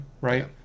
right